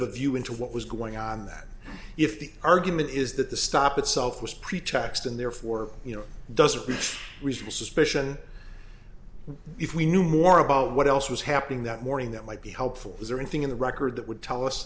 view into what was going on that if the argument is that the stop itself was pretext and therefore you know doesn't reach reasonable suspicion if we knew more about what else was happening that morning that might be helpful is there anything in the record that would tell us